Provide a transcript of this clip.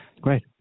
Great